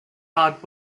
hard